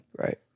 Right